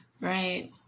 right